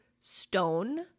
stone